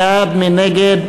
בעד, 31, נגד,